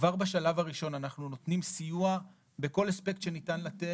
כבר בשלב הראשון אנחנו נותנים סיוע בכל אספקט שניתן לתת,